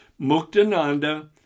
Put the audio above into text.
Muktananda